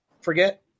forget